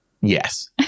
Yes